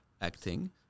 acting